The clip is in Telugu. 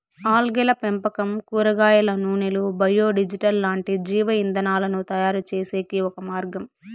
ఆల్గేల పెంపకం కూరగాయల నూనెలు, బయో డీజిల్ లాంటి జీవ ఇంధనాలను తయారుచేసేకి ఒక మార్గం